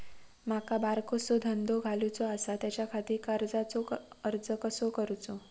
माका बारकोसो धंदो घालुचो आसा त्याच्याखाती कर्जाचो अर्ज कसो करूचो?